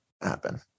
happen